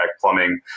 plumbing